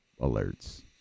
alerts